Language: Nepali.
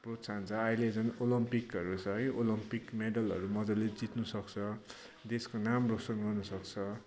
प्रोत्साहन छ अहिले झन ओलम्पीकहरू छ है ओलम्पीक मेडलहरू मजाले जित्नु सक्छ देशको नाम रोशन गर्नु सक्छ